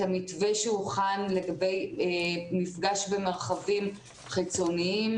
המתווה שהוכן לגבי מפגש במרחבים חיצוניים.